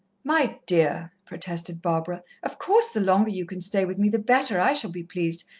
my dear! protested barbara. of course, the longer you can stay with me the better i shall be pleased.